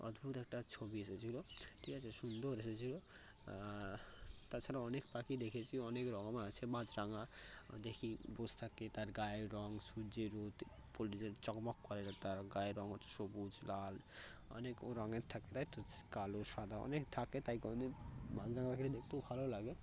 অদ্ভূত একটা ছবি এসেছিল ঠিক আছে সুন্দর এসেছিল তা ছাড়া অনেক পাখি দেখেছি অনেক রংও আছে মাছরাঙা দেখি বসে থাকে তার গায়ের রং সূর্যের রোদ পড়ে যে চকমক করে তার গায়ের রং হচ্ছে সবুজ লাল অনেক ও রঙের থাকে তাই তো কালো সাদা অনেক থাকে তাই কোনো দিন মাছরাঙাকে দেখতেও ভালো লাগে